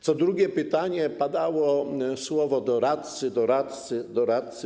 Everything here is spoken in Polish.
Co drugie pytanie padało słowo: doradcy, doradcy, doradcy.